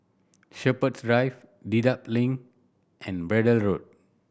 Shepherds Drive Dedap Link and Braddell Road